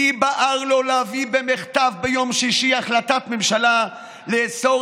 מי בער לו להביא במחטף ביום שישי החלטת ממשלה לאסור